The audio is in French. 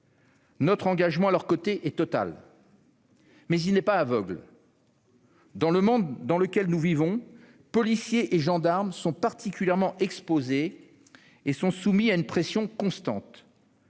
Notre engagement à leurs côtés est total. Pour autant, il n'est pas aveugle. Dans le monde où nous vivons, policiers et gendarmes sont particulièrement exposés et soumis à une pression constante.